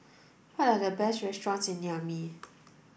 what are the best restaurants in Niamey